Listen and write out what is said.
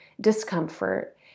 discomfort